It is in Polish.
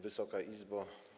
Wysoka Izbo!